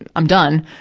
and i'm done,